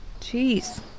Jeez